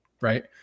right